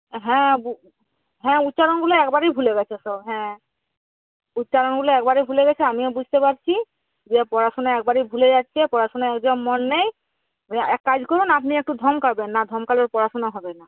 হ্যাঁ হ্যাঁ উচ্চারণগুলো একবারেই ভুলে গেছে সব হ্যাঁ উচ্চারণগুলো একবারেই ভুলে গেছে আমিও বুঝতে পারছি যে ও পড়াশোনা একবারেই ভুলে যাচ্ছে পড়াশোনায় একদম মন নেই এক কাজ করুন আপনি একটু ধমকাবেন না ধমকালে ওর পড়াশোনা হবে না